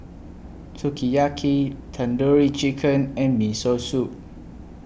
Sukiyaki Tandoori Chicken and Miso Soup